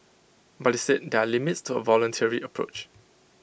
but IT said there are limits to A voluntary approach